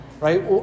Right